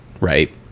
right